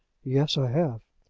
yes, i have.